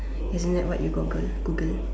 ya isn't that what you Google Google